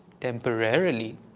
temporarily